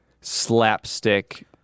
slapstick